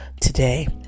today